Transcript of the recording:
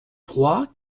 trois